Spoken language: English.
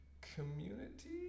community